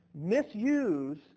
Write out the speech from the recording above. misuse